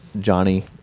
Johnny